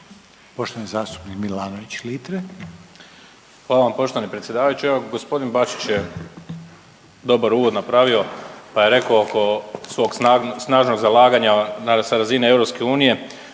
(Hrvatski suverenisti)** Hvala vam poštovani predsjedavajući. Evo gospodin Bačić je dobar uvod napravio, pa je rekao oko svog snažnog zalaganja sa razine EU,